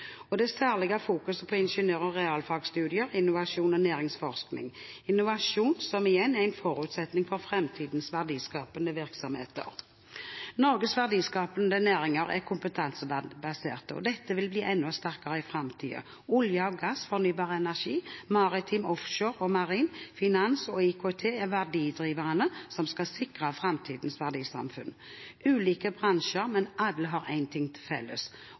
og det særlige fokuset på ingeniør- og realfagsstudier, innovasjon og næringsforskning – og innovasjon er igjen en forutsetning for fremtidens verdiskapende virksomheter. Norges verdiskapende næringer er kompetansebaserte, og dette vil bli enda sterkere i fremtiden. Olje og gass, fornybar energi, maritim/offshore og marin, finans og IKT er verdidriverne som skal sikre fremtidens velferdssamfunn. Det er ulike bransjer, men alle har én ting til felles: